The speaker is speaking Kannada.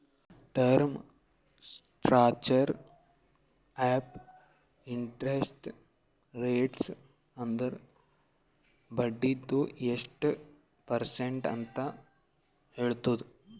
term structure of interest rates ಅಂದುರ್ ಬಡ್ಡಿದು ಎಸ್ಟ್ ಪರ್ಸೆಂಟ್ ಅಂತ್ ಹೇಳ್ತುದ್